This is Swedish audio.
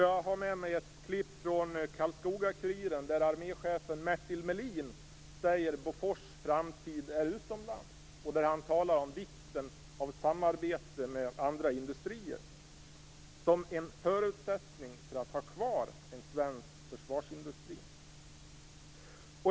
Jag har med mig ett klipp från Karlskoga-Kuriren där arméchefen Mertil Melin säger att Bofors framtid är utomlands. Han talar om vikten av samarbete med andra industrier som en förutsättning för att ha kvar en svensk försvarsindustri.